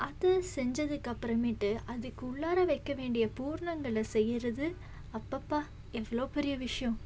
அது செஞ்சதுக்கப்புறமேட்டு அதுக்கு உள்ளார வைக்க வேண்டிய பூரணங்களை செய்கிறது அப்பப்பா எவ்வளோ பெரிய விஷயம்